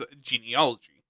genealogy